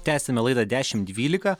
tęsiame laidą dešimt dvylika